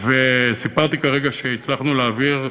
סיפרתי כרגע שהצלחנו להעביר,